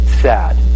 Sad